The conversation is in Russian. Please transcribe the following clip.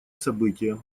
события